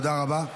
תודה רבה.